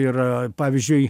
yra pavyzdžiui